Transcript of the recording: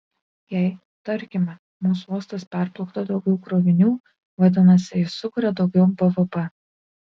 jei tarkime mūsų uostas perplukdo daugiau krovinių vadinasi jis sukuria daugiau bvp